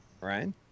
Ryan